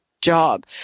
job